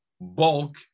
Bulk